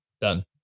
Done